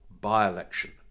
by-election